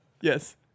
Yes